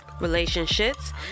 relationships